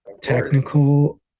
technical